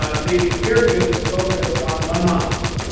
ah the kargas focused on manas.